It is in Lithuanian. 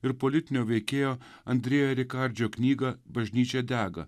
ir politinio veikėjo andrea rikardžio knygą bažnyčia dega